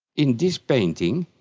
in this painting,